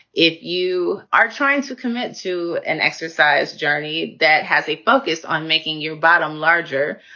if you are trying to commit to an exercise journey that has a focus on making your bottom larger.